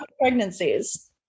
pregnancies